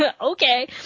Okay